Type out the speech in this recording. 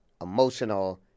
emotional